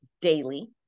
daily